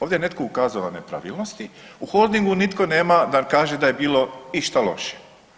Ovdje ne netko ukazao na nepravilnosti, u Holdingu nitko nema da kaže da je bilo išta loše.